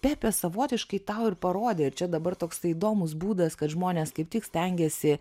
pepė savotiškai tau ir parodė čia dabar toks įdomus būdas kad žmonės kaip tik stengiasi